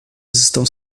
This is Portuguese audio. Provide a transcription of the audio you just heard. estão